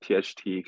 THT